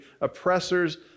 oppressors